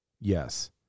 yes